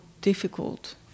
difficult